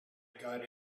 got